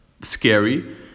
scary